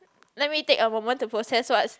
let me take a moment to process what